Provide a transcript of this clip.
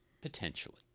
Potentially